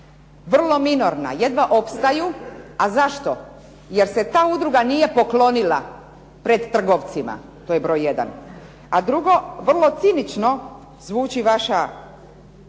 vrlo minorna, jedva opstaju. A zašto? Jer se ta udruga nije poklonila pred trgovcima, to je broj jedan. A drugo, vrlo cinično zvuči vaša